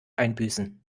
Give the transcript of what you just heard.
einbüßen